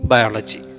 Biology